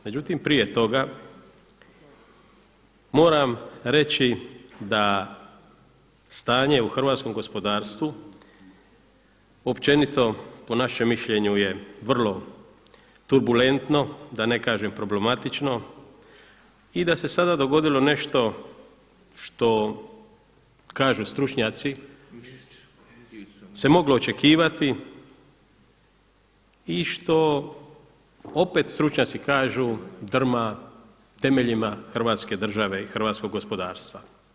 Međutim prije toga moram reći da stanje u hrvatskom gospodarstvu općenito po našem mišljenju je vrlo turbulentno, da ne kažem problematično i da se sada dogodilo nešto što kažu stručnjaci se moglo očekivati i što opet stručnjaci kažu drma temeljima Hrvatske države i hrvatskog gospodarstva.